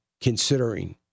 considering